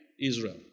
Israel